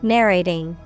Narrating